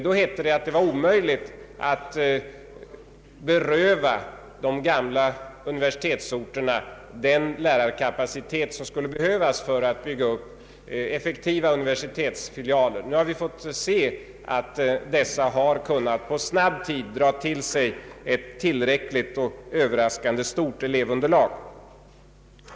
Då hette det att det var omöjligt att beröva de gamla universitetsorterna den lärarkapacitet som skulle behövas för att bygga upp effektiva universitetsfilialer. Vi har fått se att dessa orter snabbt kunnat dra till sig ett tillräckligt och överraskande stort elevunderlag.